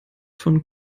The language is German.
von